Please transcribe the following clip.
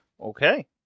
Okay